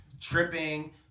tripping